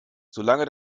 solange